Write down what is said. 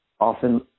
often